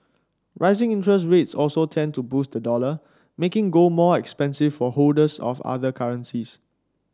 rising interest rates also tend to boost the dollar making gold more expensive for holders of other currencies